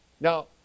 Now